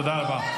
תודה רבה.